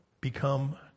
become